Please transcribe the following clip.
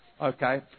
Okay